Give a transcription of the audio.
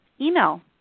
email